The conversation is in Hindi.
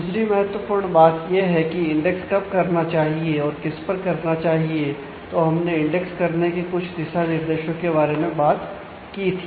दूसरी महत्वपूर्ण बात यह है कि इंडेक्स कब करना चाहिए और किस पर करना चाहिए तो हमने इंडेक्स करने के कुछ दिशा निर्देशों के बारे में बात की थी